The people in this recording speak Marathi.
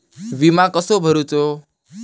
विमा कसो भरूचो?